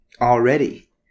Already